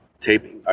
taping